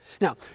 Now